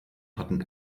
hatten